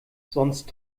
sonst